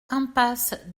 impasse